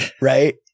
Right